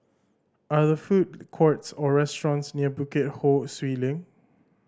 are there food courts or restaurants near Bukit Ho Swee Link